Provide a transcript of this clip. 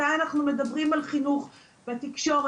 מתי אנחנו מדברים על חינוך בתקשורת.